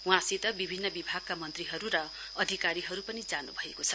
वहाँसित विभिन्न विभागका मन्त्रीहरू र अधिकारीहरू पनि जानु भएको छ